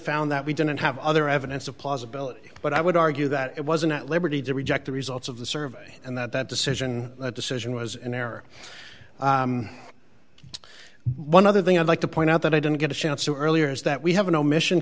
found that we didn't have other evidence of plausibility but i would argue that it wasn't at liberty to reject the results of the survey and that decision decision was an error and one other thing i'd like to point out that i didn't get a chance to earlier is that we have an omission